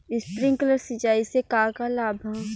Sprinkler सिंचाई से का का लाभ ह?